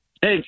Hey